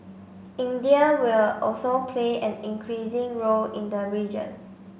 India will also play an increasing role in the region